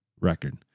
record